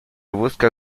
busca